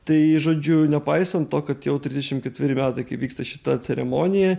tai žodžiu nepaisant to kad jau trisdešim ketveri metai kaip vyksta šita ceremonija